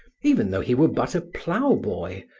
even though he were but a plough-boy,